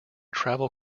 travel